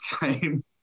game